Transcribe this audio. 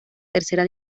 tercera